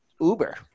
Uber